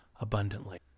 abundantly